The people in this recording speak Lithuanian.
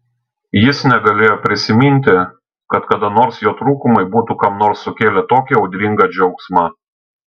jis negalėjo prisiminti kad kada nors jo trūkumai būtų kam nors sukėlę tokį audringą džiaugsmą